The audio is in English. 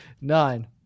Nine